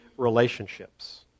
relationships